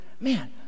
man